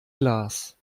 glas